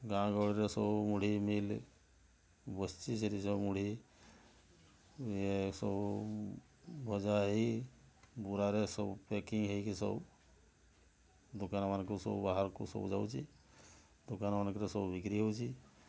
ଗାଁ ଗହଳିରେ ସବୁ ମୁଢ଼ି ମିଲ୍ ବସିଛି ସେଠି ସବୁ ମୁଢ଼ି ଇଏ ସବୁ ଭଜା ହୋଇ ବୁରାରେ ସବୁ ପ୍ୟାକିଂ ହୋଇକି ସବୁ ଦୋକାନମାନଙ୍କୁ ସବୁ ବାହାରକୁ ସବୁ ଯାଉଛି ଦୋକାନମାନଙ୍କରେ ସବୁ ବିକ୍ରୀ ହେଉଛି